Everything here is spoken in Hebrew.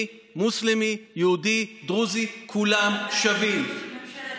מוסלמי, יהודי, דרוזי, כולם שווים, ממשלת אחדות.